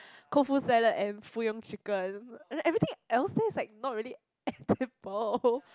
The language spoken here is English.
Koufu salad and Fuyong chicken and then everything else's is not really edible